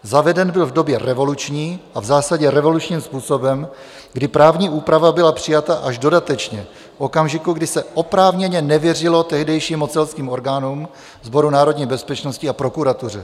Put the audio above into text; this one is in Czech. Zaveden byl v době revoluční a v zásadě revolučním způsobem, kdy právní úprava byla přijata až dodatečně v okamžiku, kdy se oprávněně nevěřilo tehdejším mocenským orgánům, Sboru národní bezpečnosti a prokuratuře.